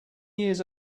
years